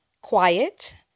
quiet